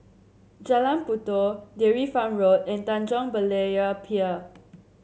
Jalan Puyoh Dairy Farm Road and Tanjong Berlayer Pier